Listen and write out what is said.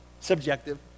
Subjective